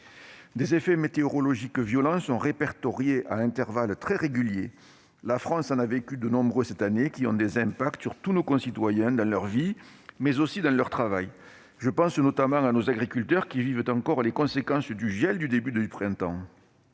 Des effets météorologiques violents sont répertoriés à intervalles très réguliers ; la France les a subis en nombre cette année : ils ont des impacts sur tous nos concitoyens, dans leur vie, mais aussi dans leur travail. Je pense notamment à nos agriculteurs, qui vivent encore les conséquences du gel du début du printemps